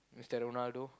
Mister Ronaldo